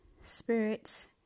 spirits